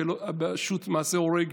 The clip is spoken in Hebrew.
"שו"ת מעשה אורג",